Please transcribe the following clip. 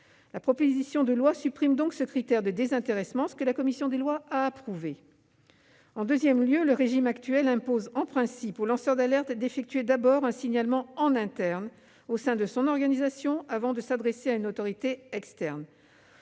La proposition de loi supprime donc ce critère de désintéressement, ce que la commission des lois a approuvé. En deuxième lieu, le régime actuel impose en principe au lanceur d'alerte d'effectuer d'abord un signalement en interne, au sein de son organisation, avant de s'adresser à une autorité externe.